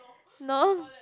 no